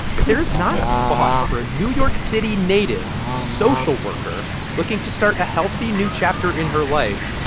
if there is not a spot for a new york city-native social worker looking to start a healthy new chapter in her life,